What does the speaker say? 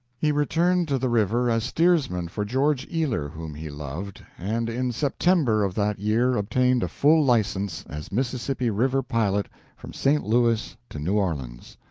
he returned to the river as steersman for george ealer, whom he loved, and in september of that year obtained a full license as mississippi river pilot from st. louis to new orleans.